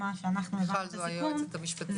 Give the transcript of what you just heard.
מיכל זו היועצת המשפטית.